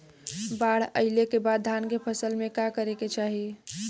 बाढ़ आइले के बाद धान के फसल में का करे के चाही?